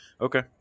Okay